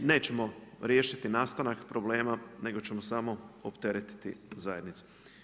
I nećemo riješiti nastanak problema nego ćemo samo opteretiti zajednicu.